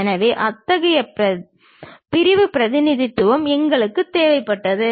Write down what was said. எனவே அத்தகைய பிரிவு பிரதிநிதித்துவம் எங்களுக்கு தேவைப்பட்டது